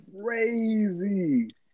crazy